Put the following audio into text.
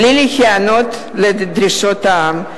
בלי להיענות לדרישות העם?